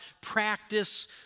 practice